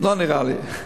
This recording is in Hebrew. לא נראה לי.